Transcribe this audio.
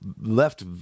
left